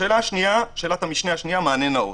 השאלה השנייה: מענה נאות.